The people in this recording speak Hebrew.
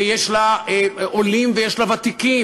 ויש לה עולים ויש לה ותיקים,